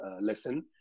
lesson